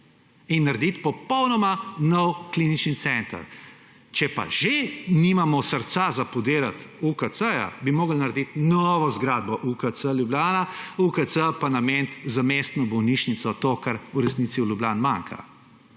in narediti popolnoma nov klinični center. Če pa že nimamo srca za podirati UKC, bi morali naredi novo zgradbo UKC Ljubljana, UKC pa nameniti za mestno bolnišnico, to, kar v resnici v Ljubljani manjka.